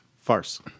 Farce